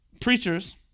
preachers